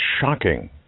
shocking